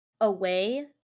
away